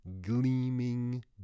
gleaming